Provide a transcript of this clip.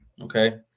okay